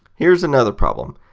here's another problem.